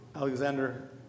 Alexander